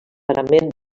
parament